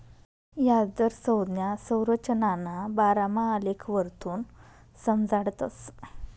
याजदर संज्ञा संरचनाना बारामा आलेखवरथून समजाडतस